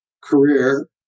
career